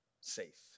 safe